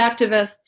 activists